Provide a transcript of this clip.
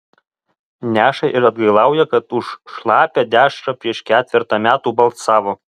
neša ir atgailauja kad už šlapią dešrą prieš ketvertą metų balsavo